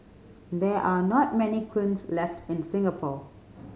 there are not many kilns left in Singapore